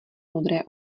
modré